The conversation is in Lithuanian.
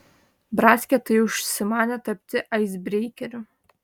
bratkė tai užsimanė tapti aisbreikeriu